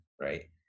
right